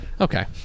Okay